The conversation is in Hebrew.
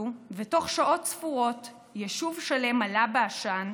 ותוך שעות ספורות יישוב שלם עלה בעשן,